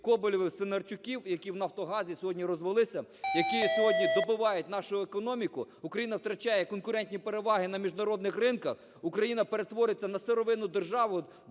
коболєвих-свинарчуків, які в "Нафтогазі" сьогодні розвелися, які сьогодні добивають нашу економіку. Україна втрачає конкурентні переваги на міжнародних ринках. Україна перетвориться на сировинну державу,